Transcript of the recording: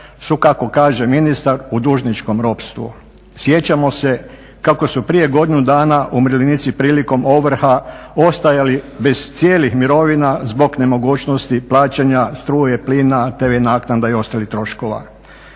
su kako kaže ministar u dužničkom ropstvu. Sjećamo se kako su prije godinu dana umirovljenici prilikom ovrha ostajali bez cijelih mirovina zbog nemogućnosti plaćanja struje, plina, tv naknada i ostalih troškova.